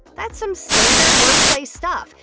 that's some standard workplace stuff,